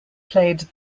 played